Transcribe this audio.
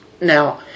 Now